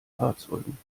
fahrzeugen